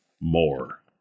more